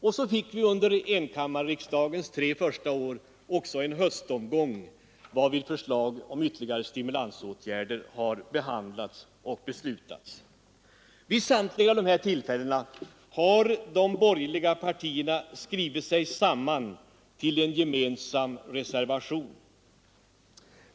Dessutom har vi under enkammarriksdagens tre första år också fått en höstomgång, varvid förslag om ytterligare stimulansåtgärder har behandlats. Vid samtliga dessa tillfällen har de borgerliga partierna skrivit sig samman till en gemensam reservation.